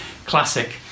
Classic